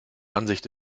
ansicht